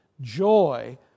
Joy